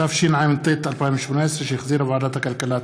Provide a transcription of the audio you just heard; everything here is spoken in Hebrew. התשע"ט 2018, שהחזירה ועדת הכלכלה.